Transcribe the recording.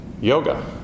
Yoga